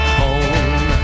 home